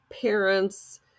parents